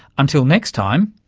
until next time,